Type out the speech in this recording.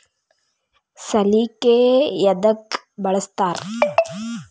ಸಲಿಕೆ ಯದಕ್ ಬಳಸ್ತಾರ?